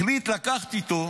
החליט לקחת איתו